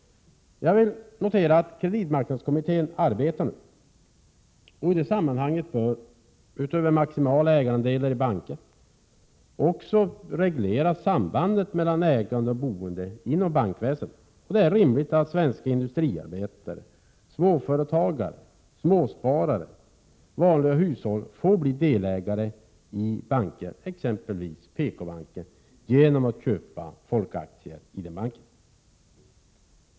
Jag vill notera att kreditmarknadskommittén nu arbetar. I det sammanhanget bör, utöver maximala ägarandelar i banker, också sambandet mellan ägande och boende inom bankväsendet regleras. Det är rimligt att svenska industriarbetare, småföretagare, småsparare och vanliga hushåll får bli delägare i banker, t.ex. PKbanken, genom att köpa folkaktier i den banken.